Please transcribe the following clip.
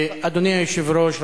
אדוני היושב-ראש,